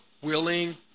willing